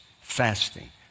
fasting